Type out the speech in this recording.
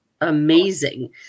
amazing